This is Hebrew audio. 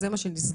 זה מה שנסגר,